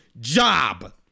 job